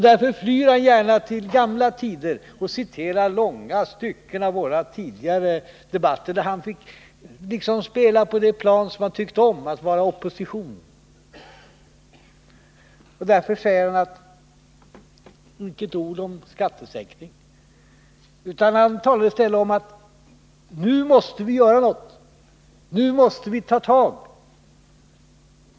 Därför flyr han gärna till gamla tider och citerar långa stycken av våra tidigare debatter, där han fick spela på det plan som han tyckte om — att vara i oppositionsställning. Han säger nu inte ett ord om skattesänkning, utan han talar i stället om att ”nu måste vi göra något, nu måste vi ta tag”.